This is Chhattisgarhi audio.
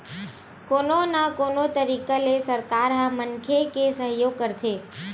कोनो न कोनो तरिका ले सरकार ह मनखे के सहयोग करथे